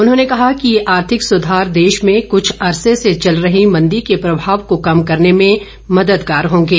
उन्होंने कहा कि ये आर्थिक सुधार देश में कुछ अरसे से चल रही मंदी के प्रभाव को कम करने में मददगार होंगे